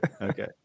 Okay